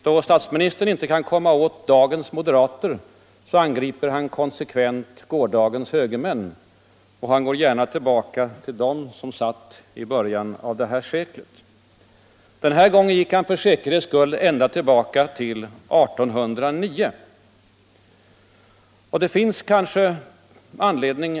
Då statsministern inte kan komma åt dagens moderater, angriper han konsekvent gårdagens högermän. Och han går gärna tillbaka till dem som satt i början av det här seklet. Den här gången gick han för säkerhets skull tillbaka ända till 1809.